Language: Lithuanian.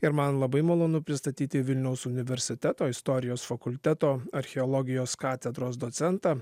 ir man labai malonu pristatyti vilniaus universiteto istorijos fakulteto archeologijos katedros docentą